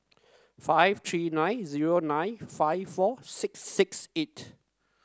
five three nine zero nine five four six six eight